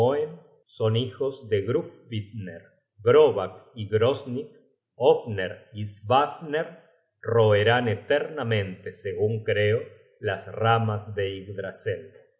son hijos de grufvitner grobak y groskin ofner y svafner roerán eternamente segun creo las ramas de